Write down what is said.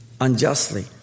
unjustly